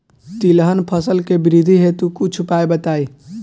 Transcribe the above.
तिलहन फसल के वृद्धि हेतु कुछ उपाय बताई?